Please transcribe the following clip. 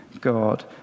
God